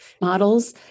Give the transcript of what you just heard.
models